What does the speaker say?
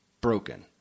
broken